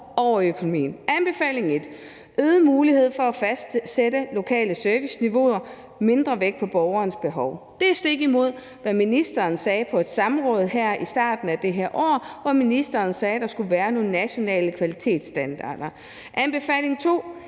over i økonomien. Anbefaling 1 er »Øget mulighed for at fastsætte lokale serviceniveauer«: Det er mindre vægt på borgerens behov. Det er stik imod, hvad ministeren sagde på et samråd i starten af det her år, hvor ministeren sagde, at der skulle være nogle nationale kvalitetsstandarder. Anbefaling 2